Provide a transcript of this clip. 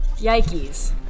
yikes